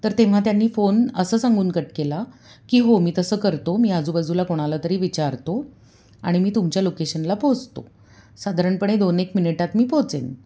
तर तेव्हा त्यांनी फोन असं सांगून कट केला की हो मी तसं करतो मी आजूबाजूला कोणाला तरी विचारतो आणि मी तुमच्या लोकेशनला पोहचतो साधारणपणे दोन एक मिनिटात मी पोहचेन